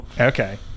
Okay